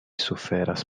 suferas